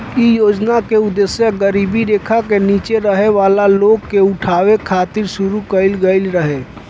इ योजना के उद्देश गरीबी रेखा से नीचे रहे वाला लोग के उठावे खातिर शुरू कईल गईल रहे